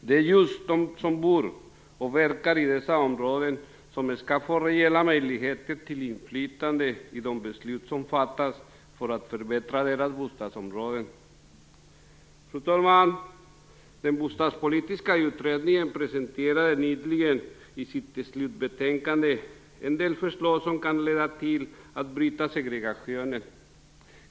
Det är just de som bor och verkar i dessa områden som skall få reella möjligheter till inflytande i de beslut som fattas för att förbättra deras bostadsområden. Fru talman! Den bostadspolitiska utredningen presenterade nyligen i sitt slutbetänkande en del förslag som kan leda till att bryta segregationen.